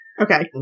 Okay